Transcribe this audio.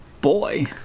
boy